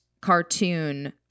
cartoon